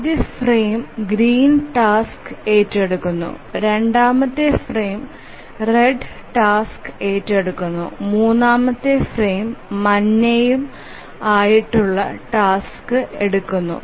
ആദ്യ frame green task ഏറ്റെടുക്കുന്നു രണ്ടാമത്തെ ഫ്രെയിം റെഡ് ടാസ്ക് എടുക്കുന്നു മൂന്നാമത്തെ ഫ്രെയിം മന്നയും ആയ ടാസ്ക് എടുക്കുന്നു